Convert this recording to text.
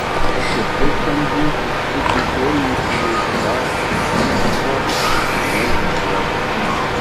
kad ir kaip ten būtų tik išėjusį iš bar micvos mane užpuolė